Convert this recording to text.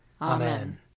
Amen